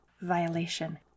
violation